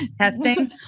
testing